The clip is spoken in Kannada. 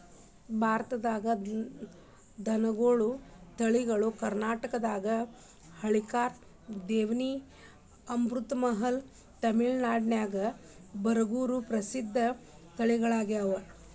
ಭಾರತದಾಗ ದನಗೋಳ ತಳಿಗಳು ಕರ್ನಾಟಕದಾಗ ಹಳ್ಳಿಕಾರ್, ದೇವನಿ, ಅಮೃತಮಹಲ್, ತಮಿಳನಾಡಿನ್ಯಾಗ ಬರಗೂರು ಪ್ರಸಿದ್ಧ ತಳಿಗಳಗ್ಯಾವ